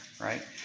right